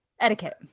Etiquette